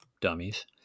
dummies